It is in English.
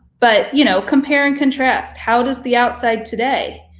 but you know compare and contrast how does the outside today,